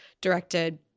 directed